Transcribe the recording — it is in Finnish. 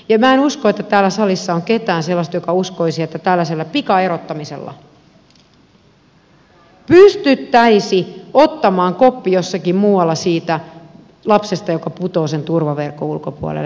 minä en usko että täällä salissa on ketään sellaista joka uskoisi että tällaisella pikaerottamisella pystyttäisiin ottamaan koppi jossakin muualla siitä lapsesta joka putoaa sen turvaverkon ulkopuolelle